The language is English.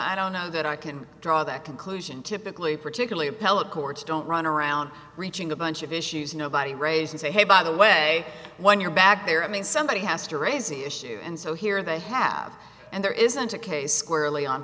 i don't know that i can draw that conclusion typically particularly appellate courts don't run around reaching a bunch of issues nobody raise and say hey by the way when you're back there i mean somebody has to raise the issue and so here they have and there isn't a case squarely on